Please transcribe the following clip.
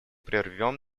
прервем